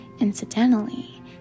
Incidentally